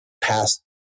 past